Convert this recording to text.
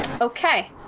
Okay